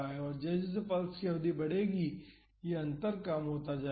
अत जैसे जैसे पल्स की अवधि बढ़ेगी यह अंतर कम होता जाएगा